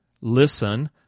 Listen